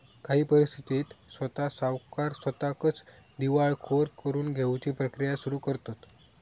काही परिस्थितीत स्वता सावकार स्वताकच दिवाळखोर करून घेउची प्रक्रिया सुरू करतंत